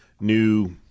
new